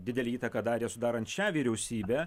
didelę įtaką darė sudarant šią vyriausybę